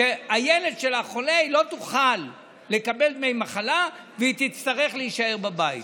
שכשהילד שלה חולה היא לא תוכל לקבל דמי מחלה ותצטרך להישאר בבית.